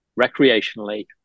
recreationally